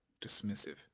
dismissive